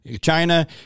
China